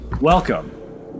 Welcome